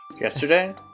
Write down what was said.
Yesterday